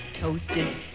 toasted